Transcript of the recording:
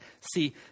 See